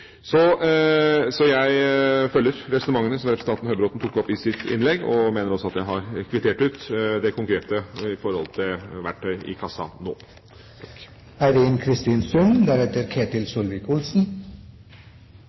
Så jeg følger resonnementene som Høybråten tok opp i sitt innlegg, og mener også at jeg har kvittert ut det konkrete med tanke på verktøy i kassa.